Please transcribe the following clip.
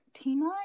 Tina